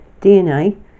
DNA